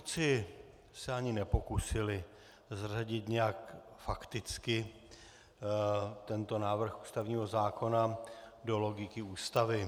Tvůrci se ani nepokusili zařadit nějak fakticky tento návrh ústavního zákona do logiky Ústavy.